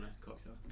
cocktail